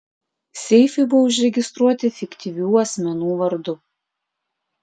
seifai buvo užregistruoti fiktyvių asmenų vardu